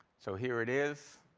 so here it is.